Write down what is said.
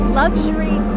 luxury